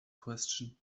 question